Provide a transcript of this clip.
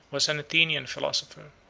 was an athenian philosopher.